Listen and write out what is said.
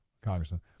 Congressman